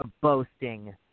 boasting